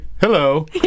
hello